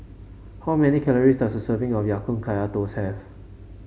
how many calories does a serving of Ya Kun Kaya Toast have